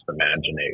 imagination